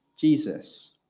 Jesus